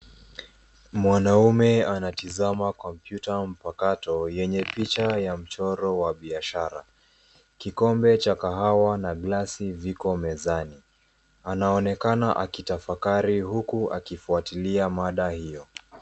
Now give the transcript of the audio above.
Mwanamume anatazama kompyuta mpakato yenye picha ya mchoro wa biashara. Kikombe cha kahawa na glasi viko mezani. Anaonekana akitafakari huku akifuatilia mada hiyo.